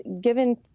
given